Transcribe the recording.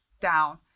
down